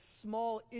small